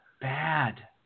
bad